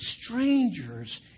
strangers